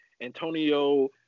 Antonio